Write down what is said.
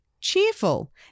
cheerful